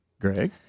Greg